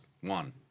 One